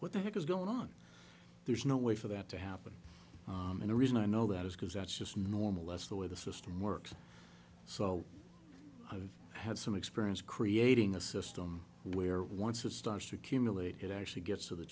what the heck is going on there's no way for that to happen and the reason i know that is because that's just normal less the way the system works so i've had some experience creating a system where once it starts to accumulate it actually gets to the